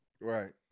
Right